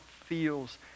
feels